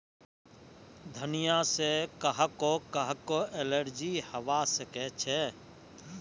धनिया से काहको काहको एलर्जी हावा सकअछे